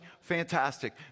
Fantastic